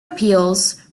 appeals